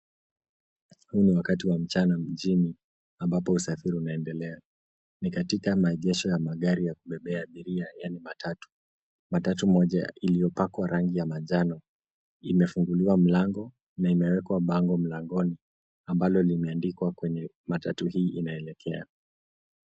Huu ni wakati wa mchana mjini, ambapo usafiri unaendelea, ni katika maegesho ya magari ya kubeba abiria, yaani matatu. Matatu moja iliyopakwa rangi ya majano imefunguliwa mlango na imewekwa bango mlangoni, ambalo limeandikwa kwenye matatu hii inaelekea.